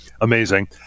amazing